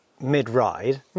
mid-ride